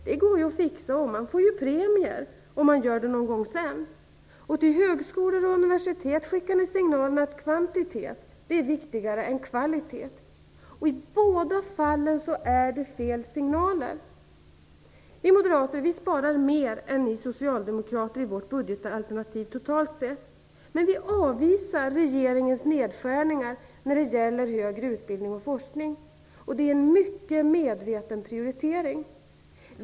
Det går ju att fixa, och man får ju premier om man gör det någon gång senare. Till högskolor och universitet skickar ni signalen att kvantitet är viktigare än kvalitet. I båda fallen är det fel signaler. Vi moderater sparar mer än ni socialdemokrater i vårt budgetalternativ totalt sett. Men vi avvisar regeringens nedskärningar när det gäller högre utbildning och forskning, och det är en mycket medveten prioritering.